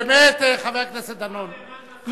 חבר הכנסת דנון,